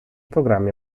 programmi